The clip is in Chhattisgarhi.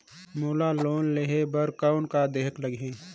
मोला लोन लेहे बर कौन का देहेक लगही?